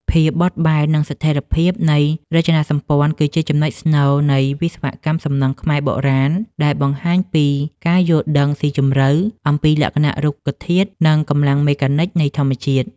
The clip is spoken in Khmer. ភាពបត់បែន និងស្ថិរភាពនៃរចនាសម្ព័ន្ធ គឺជាចំណុចស្នូលនៃវិស្វកម្មសំណង់ខ្មែរបុរាណ ដែលបង្ហាញពីការយល់ដឹងស៊ីជម្រៅអំពីលក្ខណៈរូបធាតុ និងកម្លាំងមេកានិចនៃធម្មជាតិ។